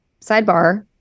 sidebar